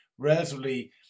relatively